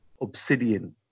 Obsidian